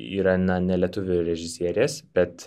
yra na ne lietuvių režisierės bet